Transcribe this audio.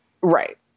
Right